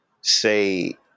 say